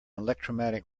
electromagnetic